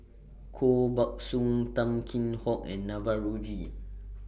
Koh Buck Song Tan Kheam Hock and Navroji